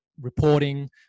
reporting